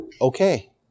Okay